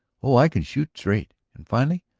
oh, i can shoot straight! and finally,